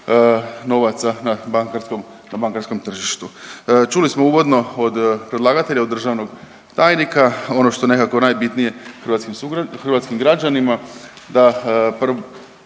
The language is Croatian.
na bankarskom tržištu. Čuli smo uvodno od predlagatelja, od državnog tajnika ono što je nekako najbitnije hrvatskim građanima da u